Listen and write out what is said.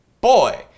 boy